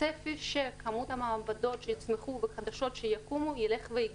הצפי שכמות המעבדות שיתמכו בחדשות שיקומו ילך ויגדל.